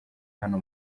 hano